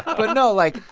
ah but no, like,